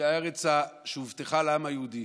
היא הארץ שהובטחה לעם היהודי.